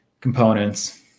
components